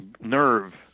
nerve